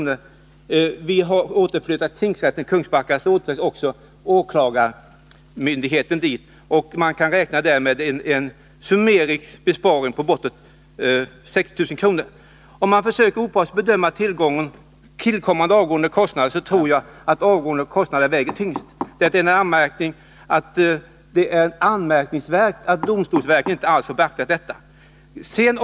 Om tingsrätten återflyttas till Kungsbacka bör också åklagarmyndigheten flyttas dit, och man kan för detta räkna med en summarisk besparing med bortåt 60 000 kr. Om man försöker att opartiskt bedöma tillkommande och avgående kostnader, så tror jag att man skall finna att de avgående kostnaderna väger tyngst. Det är anmärkningsvärt att domstolsverket inte alls har beaktat de avgående kostnaderna.